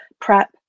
PrEP